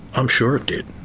i'm sure it did.